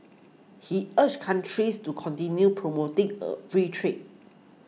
he urged countries to continue promoting a free trade